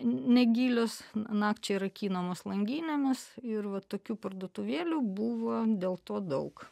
negilios nakčiai rakinamos langinėmis ir va tokių parduotuvėlių buvo dėl to daug